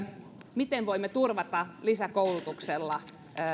miten voimme turvata lisäkoulutuksella